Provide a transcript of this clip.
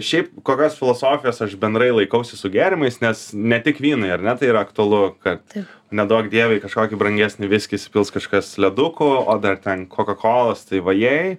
šiaip kokios filosofijos aš bendrai laikausi su gėrimais nes ne tik vynai ar ne tai yra aktualu kad neduok dieve į kažkokį brangesnį viskį įsipils kažkas ledukų o dar ten kokakolos tai vajei